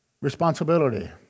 responsibility